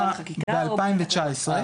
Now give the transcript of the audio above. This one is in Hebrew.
ב-2019.